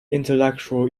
intellectual